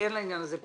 לעבודה לא.